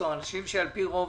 שעל פי רוב